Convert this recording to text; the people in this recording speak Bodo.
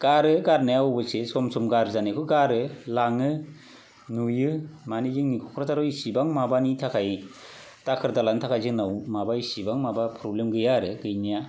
गारो गारनाया अब'यसे सम सम गाज्रि जानायखौ गारो लाङो नुयो मानि जोंनि ककराझाराव एसेबां माबानि थाखाय दाखोर दालानि थाखाय जोंनाव माबा एसेबां माबा प्रब्लेम गैया आरो गैनाया